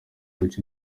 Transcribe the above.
bice